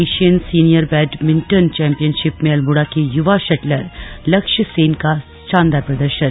Asian senior badminton championship में अल्मोड़ा के युवा शटलर लक्ष्य सेन का शानदार प्रदर्शन